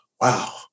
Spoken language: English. Wow